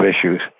issues